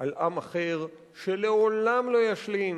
על עם אחר שלעולם לא ישלים,